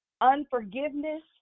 Unforgiveness